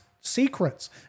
secrets